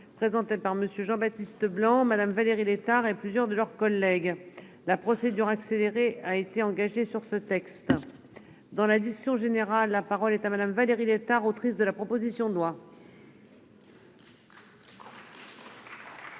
présenté par Monsieur Jean Baptiste blanc Madame Valérie Létard et plusieurs de leurs collègues la procédure accélérée a été engagée sur ce texte. Dans la discussion générale. La parole est à madame Valérie Létard, autrice de la proposition de loi.